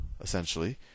essentially